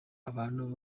abantu